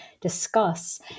discuss